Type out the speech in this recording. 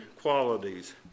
qualities